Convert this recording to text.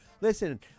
Listen